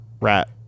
rat